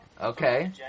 Okay